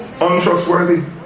untrustworthy